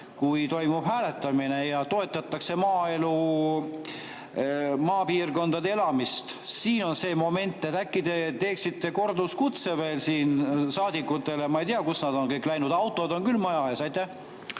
kui toimub hääletamine ja toetatakse maaelu, maapiirkondades elamist. Siin on see moment. Äkki te teeksite korduskutsungi veel saadikutele. Ma ei tea, kuhu nad on kõik läinud, autod on küll maja ees. Aitäh!